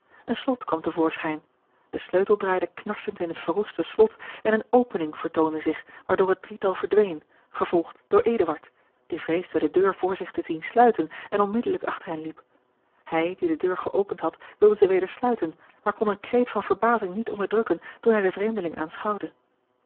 een slot kwam te voorschijn de sleutel draaide knarsend in het verroeste slot en eene opening vertoonde zich waardoor het drietal verdween gevolgd door eduard die vreesde de deur voor zich te zien sluiten en onmiddellijk achter hen liep hij die de deur geopend had wilde ze weder sluiten maar kon een kreet van verbazing niet onderdrukken toen hij den vreemdeling